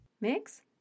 Mix